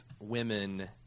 women